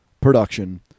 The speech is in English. production